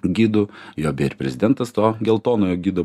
gidu jo beja ir prezidentas to geltonojo gido